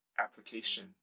application